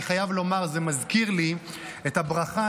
אני חייב לומר שזה מזכיר לי את הברכה